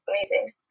amazing